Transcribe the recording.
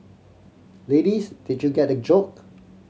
ladies did you get the joke